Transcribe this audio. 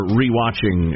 re-watching